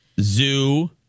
zoo